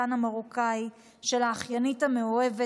החתן המרוקאי של האחיינית המאוהבת...